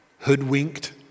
hoodwinked